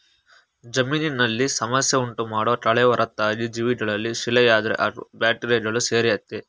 ಜಮೀನಿನಲ್ಲಿ ಸಮಸ್ಯೆ ಉಂಟುಮಾಡೋ ಕಳೆ ಹೊರತಾಗಿ ಜೀವಿಗಳಲ್ಲಿ ಶಿಲೀಂದ್ರ ಹಾಗೂ ಬ್ಯಾಕ್ಟೀರಿಯಗಳು ಸೇರಯ್ತೆ